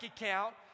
account